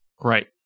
Right